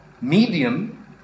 medium